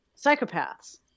psychopaths